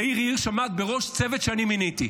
יאיר הירש עמד בראש צוות שאני מיניתי,